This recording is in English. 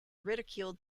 ridiculed